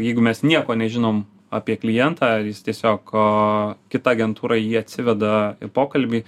jeigu mes nieko nežinom apie klientą jis tiesiog kita agentūra jį atsiveda į pokalbį